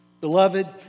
Beloved